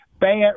Bad